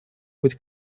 быть